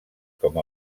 com